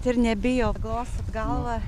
ir nebijo glostot galvą